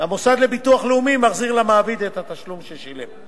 והמוסד לביטוח לאומי מחזיר למעביד את התשלום ששילם.